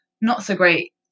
not-so-great